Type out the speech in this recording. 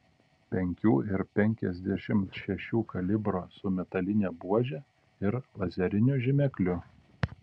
penkių ir penkiasdešimt šešių kalibro su metaline buože ir lazeriniu žymekliu